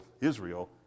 Israel